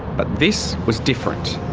but this was different.